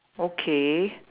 okay